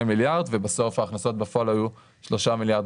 מיליארד ובסוף ההכנסות בפועל היו 3.2 מיליארד,